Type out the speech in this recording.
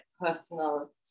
personal